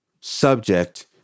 subject